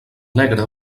negre